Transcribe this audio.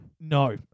No